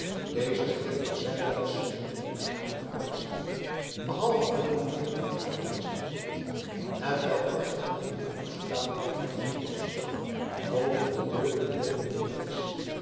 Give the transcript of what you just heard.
deze geheele zijde was zonder eenig raam of uitzicht behalve alleen een vierkant gat naast de poort hetwelk echter met een verroest traliewerk voorzien was boven de deur ontdekte